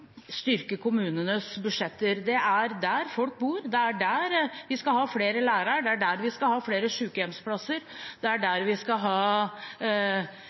styrke kommunenes budsjetter. Det er der folk bor, det er der vi skal ha flere lærere, det er der vi skal ha flere sykehjemsplasser, det er der vi skal ha